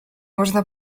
można